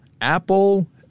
Apple